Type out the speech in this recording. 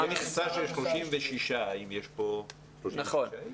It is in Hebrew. מכסה של 36. האם יש כאן 36 אנשים?